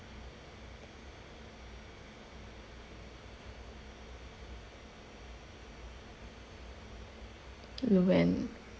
luwen